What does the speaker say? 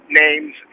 names